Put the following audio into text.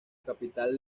capital